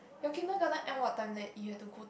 okay most of time end what time that you have to put